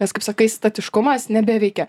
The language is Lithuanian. nes kaip sakai statiškumas nebeveikia